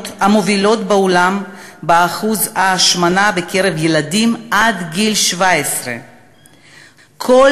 המובילות בעולם באחוז ההשמנה בקרב ילדים עד גיל 17. כל